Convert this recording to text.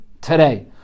today